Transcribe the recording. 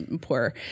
poor